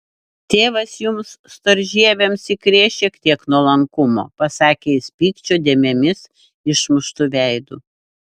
tėvas jums storžieviams įkrės šiek tiek nuolankumo pasakė jis pykčio dėmėmis išmuštu veidu